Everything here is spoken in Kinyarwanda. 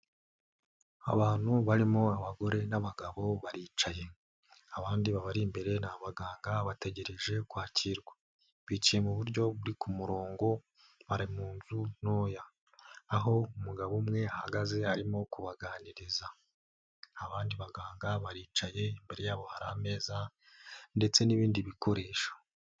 Abantu barimo abagore n'abagabo baricaye, abandi babari imbere ni abaganga bategereje kwakirwa, bicayeye mu buryo buri ku murongo bari mu nzu ntoya, aho umugabo umwe ahagaze arimo kubaganiriza, abandi baganga baricaye imbere yabo hari ameza ndetse n'ibindi bikoresho.